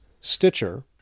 Stitcher